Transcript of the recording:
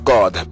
God